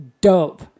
dope